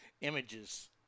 Images